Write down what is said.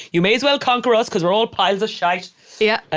you may as well conquer us because we're all piles of shite yeah.